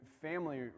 family